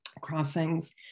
crossings